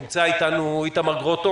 במקרה הגרוע.